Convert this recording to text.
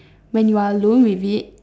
when you are alone with it